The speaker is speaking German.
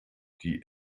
die